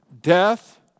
death